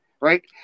right